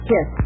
Yes